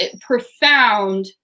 profound